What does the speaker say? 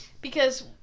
Because-